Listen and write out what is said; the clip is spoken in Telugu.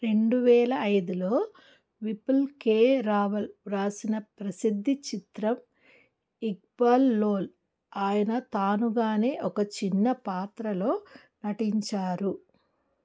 రెండు వేల ఐదులో విపుల్ కే రావల్ వ్రాసిన ప్రసిద్ది చిత్రం ఇక్బాల్లో ఆయన తానుగానే ఒక చిన్న పాత్రలో నటించారు